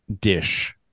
dish